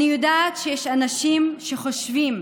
אני יודעת שיש אנשים שחושבים,